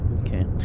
Okay